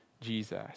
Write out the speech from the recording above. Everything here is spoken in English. Jesus